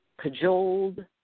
cajoled